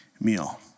meal